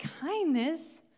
kindness